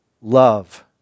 love